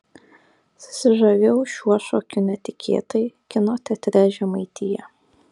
susižavėjau šiuo šokiu netikėtai kino teatre žemaitija